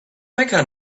mecca